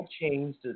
changed